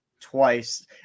twice